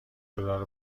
دلار